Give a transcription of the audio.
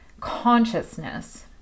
consciousness